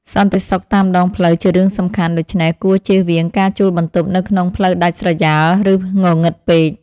សន្តិសុខតាមដងផ្លូវជារឿងសំខាន់ ដូច្នេះគួរជៀសវាងការជួលបន្ទប់នៅក្នុងផ្លូវដាច់ស្រយាលឬងងឹតពេក។